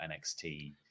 NXT